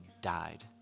died